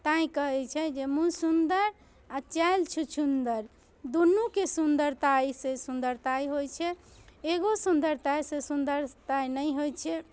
तैँ कहै छै जे मूँह सुन्दर आ चालि छुछुन्दर दुनूके सुन्दरताइसँ सुन्दरताइ होइ छै एगो सुन्दरताइसँ सुन्दरताइ नहि होइ छै